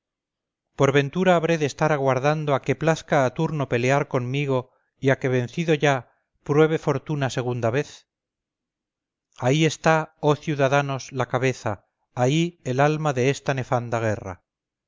por ventura habré de estar aguardando a que plazca a turno pelear conmigo y a que vencido ya pruebe fortuna segunda vez ahí está oh ciudadanos la cabeza ahí el alma de esta nefanda guerra